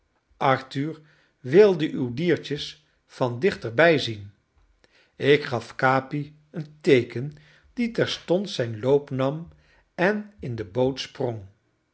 arthur wilde uw diertjes van dichterbij zien ik gaf capi een teeken die terstond zijn loop nam en in de boot sprong